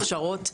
הכשרות,